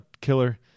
killer